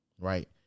right